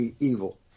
evil